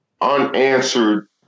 unanswered